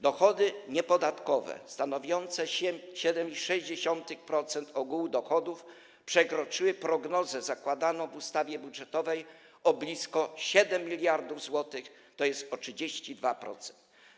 Dochody niepodatkowe stanowiące 7,6% ogółu dochodów przekroczyły prognozę zakładaną w ustawie budżetowej o blisko 7 mld zł, tj. o 32%.